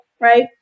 Right